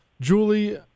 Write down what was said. Julie